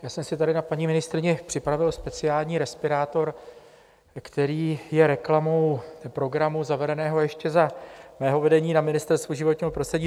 Já jsem si tady na paní ministryni připravil speciální respirátor, který je reklamou programu zavedeného ještě za mého vedení na Ministerstvu životního prostředí